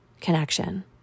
connection